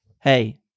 hey